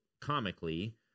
comically